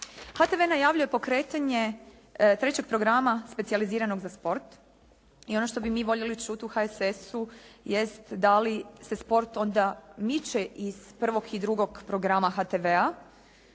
HTV najavljuje pokretanje trećeg programa specijaliziranog za sport i ono što bi mi voljeli čuti u HSS-u jest da li se sport onda miče iz 1. i 2. programa HTV-a